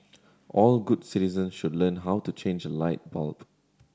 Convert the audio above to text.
all good citizen should learn how to change a light bulb